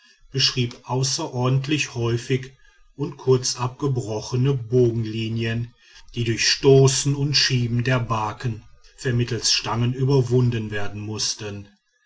beschrieb außerordentlich häufige und kurzabgebrochene bogenlinien die durch stoßen und schieben der barken vermittels stangen überwunden werden mußten